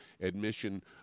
admission